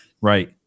Right